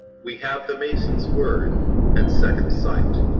we have the mason's word and second sight.